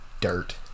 dirt